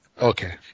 Okay